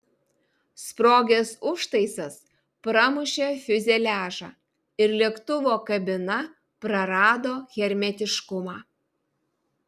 sprogęs užtaisas pramušė fiuzeliažą ir lėktuvo kabina prarado hermetiškumą